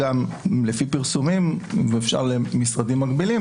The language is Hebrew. זה יתחבר גם לדוגמה השנייה עליה דיברתי,